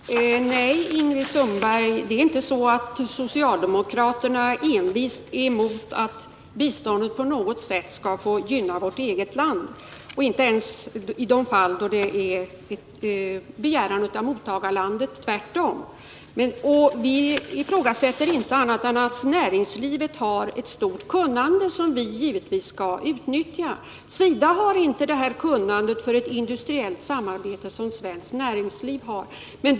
Fru talman! Nej, Ingrid Sundberg, det är inte så att socialdemokraterna envist är emot att biståndet på något sätt skall få gynna vårt eget land, inte ens i de fall då mottagarlandet begär det — tvärtom. Vi ifrågasätter inte att näringslivet har ett stort kunnande som vi givetvis skall utnyttja. SIDA har inte det kunnande som svenskt näringsliv har och som behövs för ett industriellt samarbete.